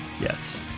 Yes